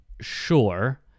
sure